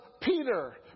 Peter